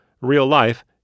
real-life